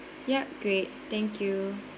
ya great thank you